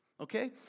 okay